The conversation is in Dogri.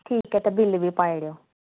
ठीक ऐ ते बिल बी पाई ओड़ेओ